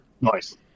Nice